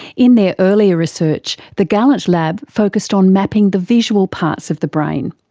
in their earlier research the gallant lab focussed on mapping the visual parts of the brain.